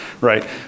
right